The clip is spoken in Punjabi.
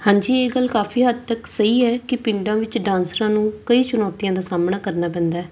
ਹਾਂਜੀ ਇਹ ਗੱਲ ਕਾਫੀ ਹੱਦ ਤੱਕ ਸਹੀ ਹੈ ਕਿ ਪਿੰਡਾਂ ਵਿੱਚ ਡਾਂਸਰਾਂ ਨੂੰ ਕਈ ਚੁਣੌਤੀਆਂ ਦਾ ਸਾਹਮਣਾ ਕਰਨਾ ਪੈਂਦਾ